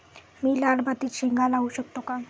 मी लाल मातीत शेंगा लावू शकतो का?